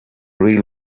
real